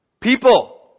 people